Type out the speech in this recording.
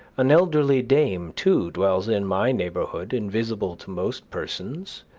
an elderly dame, too, dwells in my neighborhood, invisible to most persons,